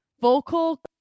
vocal